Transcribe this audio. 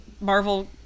Marvel